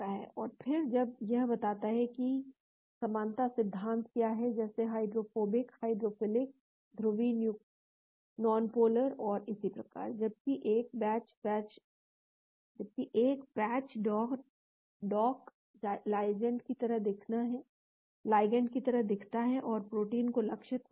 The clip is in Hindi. और फिर यह बताता है कि समानता सिद्धांत क्या है जैसे हाइड्रोफोबिक हाइड्रोफिलिक ध्रुवीय नॉनपोलर और इसी प्रकार जबकि एक पैच डॉक लाइगैंड की तरह दिखता है और प्रोटीन को लक्षित करता है और देखता है कि आकृति के आधार पर समानता क्या है